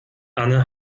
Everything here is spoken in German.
anne